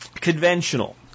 Conventional